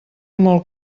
molt